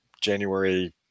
January